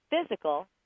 physical